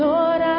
Lord